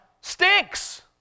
stinks